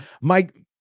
Mike